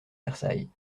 versailles